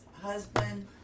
husband